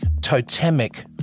totemic